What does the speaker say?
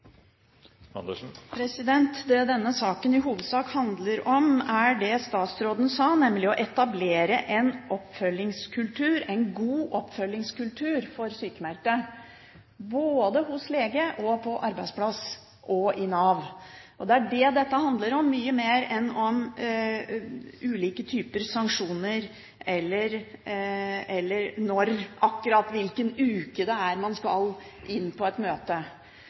det statsråden sa, nemlig å etablere en god oppfølgingskultur for sjukmeldte, både hos lege, på arbeidsplass og i Nav. Det er det dette handler om, mye mer enn om ulike typer sanksjoner eller akkurat hvilken uke det er man skal inn på et møte.